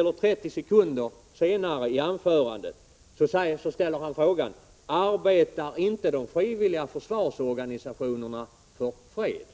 Ungefär 30 sekunder senare ställer Ivar Virgin i sitt anförande frågan: Arbetar inte de frivilliga försvarsorganisationerna för fred?